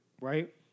right